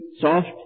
soft